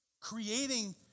creating